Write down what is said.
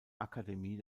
akademie